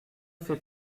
fait